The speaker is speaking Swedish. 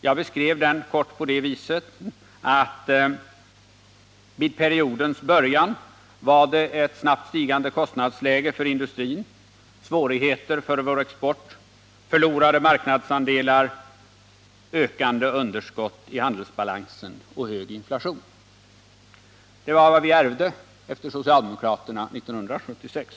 Jag beskrev den kort på det viset att vid periodens början förelåg ett snabbt stigande kostnadsläge för industrin, svårigheter för vår export, förlorade marknadsandelar, ökande underskott i handelsbalansen och höjd inflation. Det var vad vi ärvde efter socialdemokraterna 1976.